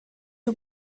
you